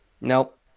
nope